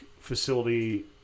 facility